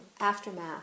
aftermath